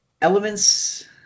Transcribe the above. Elements